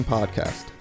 Podcast